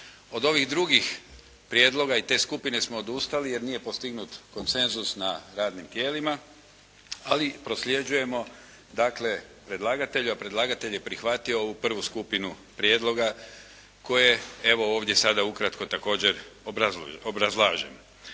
Od ovih drugih prijedloga i te skupine smo odustali jer nije postignut konsenzus na radnim tijelima ali prosljeđujemo dakle, predlagatelja a predlagatelj je prihvatio ovu prvu skupinu prijedloga koje evo, ovdje sada ukratko također obrazlažem.